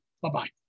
bye-bye